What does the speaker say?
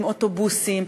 עם אוטובוסים,